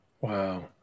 Wow